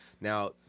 Now